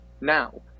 now